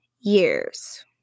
years